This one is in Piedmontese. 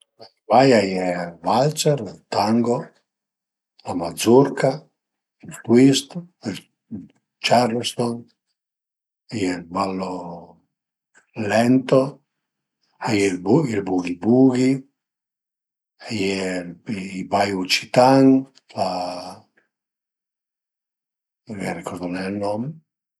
Bai a ie ël walzer, ël tango, la mazurca, ël twist, ël charleston, a ie ël ballo lento, a ie ël bughi bughi, a ie i bai ucitan, m'ën ricordu nen ël nom